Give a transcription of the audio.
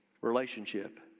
relationship